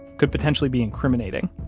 could potentially be incriminating.